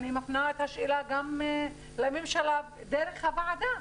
אני מפנה את השאלה גם לממשלה דרך הוועדה.